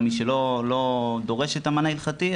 גם למי שלא דורש את המענה ההלכתי.